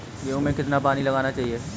गेहूँ में कितना पानी लगाना चाहिए?